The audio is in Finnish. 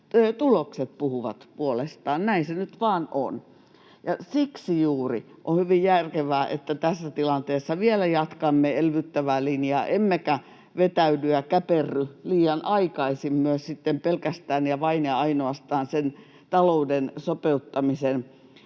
tulokset puhuvat puolestaan. Näin se nyt vaan on. Siksi juuri on hyvin järkevää, että tässä tilanteessa vielä jatkamme elvyttävää linjaa emmekä vetäydy ja käperry liian aikaisin pelkästään ja vain ja ainoastaan sen talouden sopeuttamisen